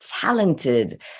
talented